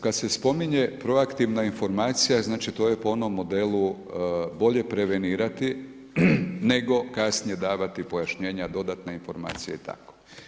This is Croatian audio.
Kada se spominje proaktivna informacija, to je po onom modelu, bolje prevenirati, nego kasnije davati pojašnjenja, dodatne informacije i tako.